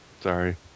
Sorry